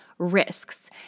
Risks